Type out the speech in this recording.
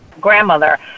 grandmother